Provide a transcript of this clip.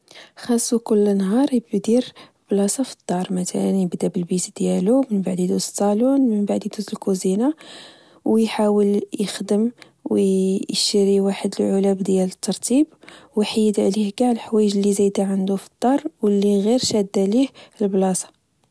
خاصو كل نهار يدير بلاصه في الدار مثلا يبدا بالبيت ديالو من بعد يدوز الصالون من بعد يدوز الكوزينة ويحاول يخدم ويشري واحد العلب ديال الترتيب ويحيد عليه كاع الحوايج اللي زايدة عندو في الدار واللي غير شادة ليه البلاصة